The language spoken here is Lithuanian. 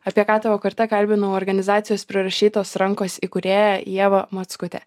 apie ką tavo karta kalbinau organizacijos prirašytos rankos įkūrėją ievą mockutę